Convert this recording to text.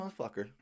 motherfucker